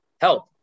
help